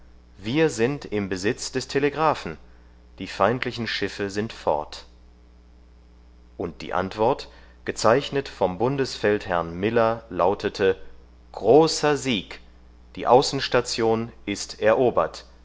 wir sind im besitz des telegraphen die feindlichen schiffe sind fort und die antwort gezeichnet vom bundesfeldherrn miller lautete großer sieg die außenstation ist erobert